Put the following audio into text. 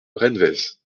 renwez